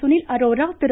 Sunil Arora Thiru